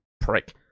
Prick